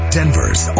Denver's